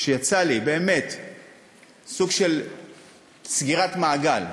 שיצא לי באמת סוג של סגירת מעגל.